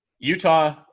Utah